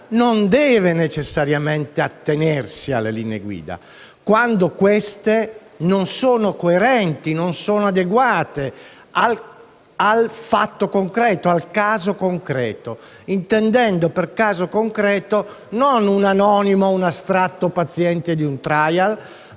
non deve necessariamente attenersi alle linee guida quando queste non siano coerenti e adeguate al caso concreto, intendendo per caso concreto non un anonimo, un astratto paziente di un *trial*